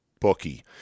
bookie